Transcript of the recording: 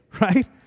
right